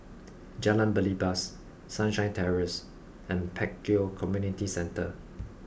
Jalan Belibas Sunshine Terrace and Pek Kio Community Centre